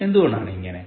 എന്തുകൊണ്ടാണിങ്ങനെ